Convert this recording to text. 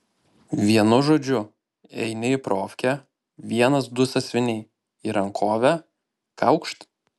vienu žodžiu eini į profkę vienas du sąsiuviniai į rankovę kaukšt